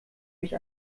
mich